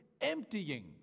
emptying